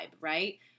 right